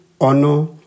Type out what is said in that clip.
honor